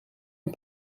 een